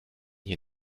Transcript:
hier